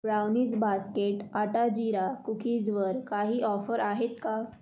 brownies basket आटा जिरा कुकीजवर काही ऑफर आहेत का